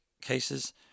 cases